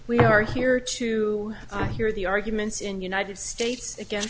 we are here to i hear the arguments in united states again